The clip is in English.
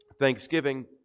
Thanksgiving